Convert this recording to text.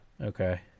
Okay